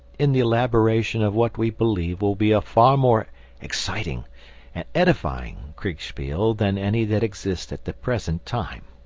in the elaboration of what we believe will be a far more exciting and edifying kriegspiel than any that exists at the present time.